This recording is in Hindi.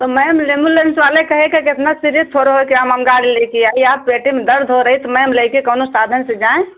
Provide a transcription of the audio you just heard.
तो मैम लेम्बुलेंस वाले कहेगा कि इतना सिरियस थोड़े है कि हम हम गाड़ी लेके आई आप पेट में दर्द हो रही तो मैम लेके कौनो साधन से जाएँ